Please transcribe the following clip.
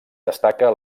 destaca